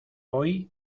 hoy